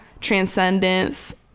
transcendence